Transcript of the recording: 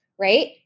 Right